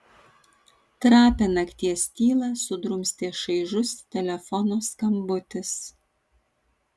trapią nakties tylą sudrumstė šaižus telefono skambutis